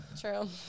True